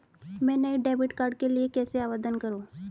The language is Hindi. मैं नए डेबिट कार्ड के लिए कैसे आवेदन करूं?